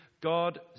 God